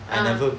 ah